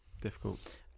Difficult